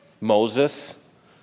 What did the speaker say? Moses